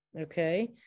Okay